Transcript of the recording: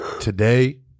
today